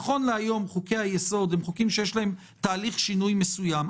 נכון להיום חוקי-היסוד יש בהם תהליך שינוי מסוים.